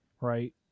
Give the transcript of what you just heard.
right